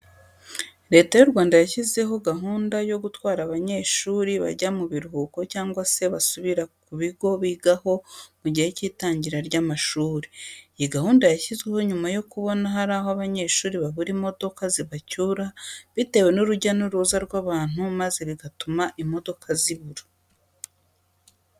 Leta y'u Rwanda yashyizeho gahunda yo gutwara abanyeshuri bajya mu biruhuko cyangwa se basubira ku bigo bigaho mu gihe cy'itangira ry'amashuri. Iyi gahunda yashyizweho nyuma yo kubona ko hari abanyeshuri babura imodoka zibacyura, bitewe n'urujya n'uruza rw'abantu maze bigatuma imodoka zibura.